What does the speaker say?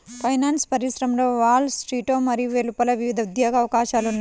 finance పరిశ్రమలో wall స్ట్రీట్లో మరియు వెలుపల వివిధ ఉద్యోగ అవకాశాలు ఉన్నాయి